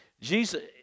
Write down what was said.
Jesus